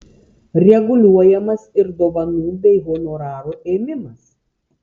reguliuojamas ir dovanų bei honorarų ėmimas